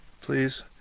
Please